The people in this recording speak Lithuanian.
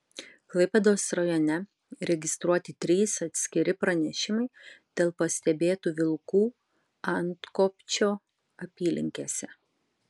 klaipėdos rajone registruoti trys atskiri pranešimai dėl pastebėtų vilkų antkopčio apylinkėse